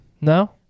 No